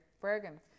Bergen